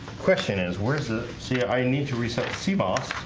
question is where's the sea i need to reset see boss